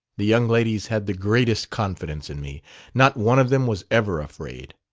the young ladies had the greatest confidence in me not one of them was ever afraid.